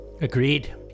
Agreed